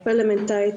פרלמנטרית,